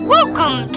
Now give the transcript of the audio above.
Welcome